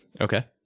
okay